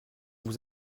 vous